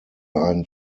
einen